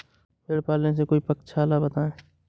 भेड़े पालने से कोई पक्षाला बताएं?